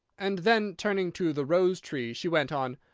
and then, turning to the rose-tree, she went on,